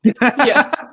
Yes